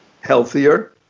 healthier